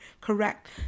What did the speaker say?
correct